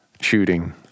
shooting